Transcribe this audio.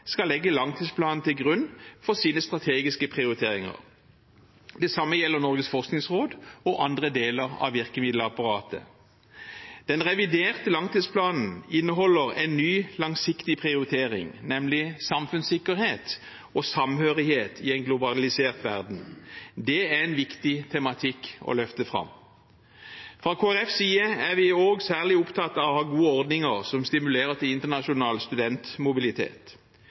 skal legge langtidsplanen til grunn for sine strategiske prioriteringer. Det samme gjelder Norges forskningsråd og andre deler av virkemiddelapparatet. Den reviderte langtidsplanen inneholder en ny, langsiktig prioritering, nemlig samfunnssikkerhet og samhørighet i en globalisert verden. Dette er en viktig tematikk å løfte fram. Fra Kristelig Folkepartis side er vi også særlig opptatt av å ha gode ordninger som stimulerer til internasjonal studentmobilitet.